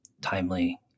timely